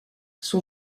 son